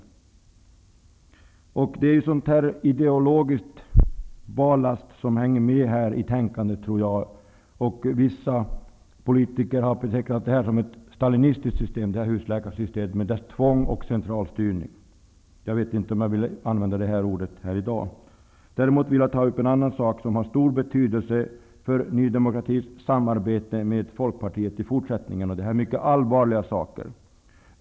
Jag tror att det är sådan ideologisk barlast som hänger med i tänkandet. Vissa politiker har betecknat husläkarsystemet med dess tvång och centralstyrning som ett stalinistiskt system. Jag vet inte om jag vill använda det ordet här i dag. Däremot vill jag ta upp en annan sak som har stor betydelse för Ny demokratis samarbete med Folkpartiet i fortsättningen. Det är en mycket allvarlig sak.